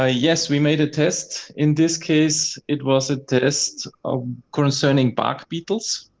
ah yes we made a test. in this case, it was a test um concerning bark beetles,